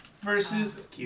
versus